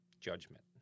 judgment